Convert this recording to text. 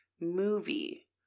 movie